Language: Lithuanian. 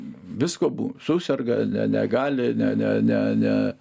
visko būna suserga ne negali ne ne ne ne